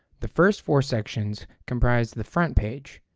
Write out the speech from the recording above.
the first four sections comprise the front page,